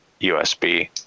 USB